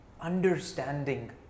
understanding